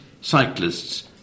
cyclists